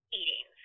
eating